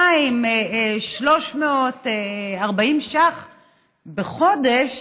מ-2,340 ש"ח בחודש,